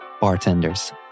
bartenders